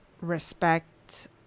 respect